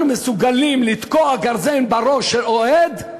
כי אם אנחנו מסוגלים לתקוע גרזן בראש של אוהד,